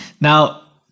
Now